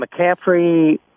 McCaffrey